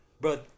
Bro